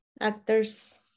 actors